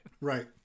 Right